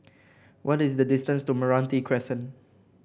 what is the distance to Meranti Crescent